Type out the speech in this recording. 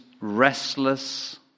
restless